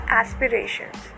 aspirations